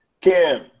Kim